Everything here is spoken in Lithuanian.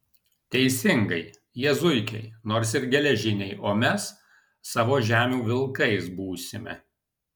teisingai jie zuikiai nors ir geležiniai o mes savo žemių vilkais būsime